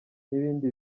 n’ibindi